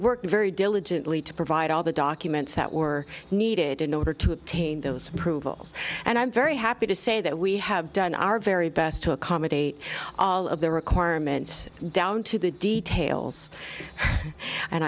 worked very diligently to provide all the documents that were needed in order to obtain those approvals and i'm very happy to say that we have done our very best to accommodate all of their requirements down to the details and